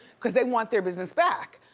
cause they want their business back.